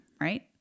right